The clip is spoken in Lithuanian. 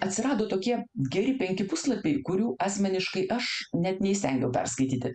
atsirado tokie geri penki puslapiai kurių asmeniškai aš net neįstengiau perskaityti